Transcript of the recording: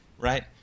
Right